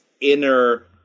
inner